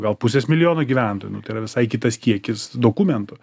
gal pusės milijono gyventojų nu tai yra visai kitas kiekis dokumentų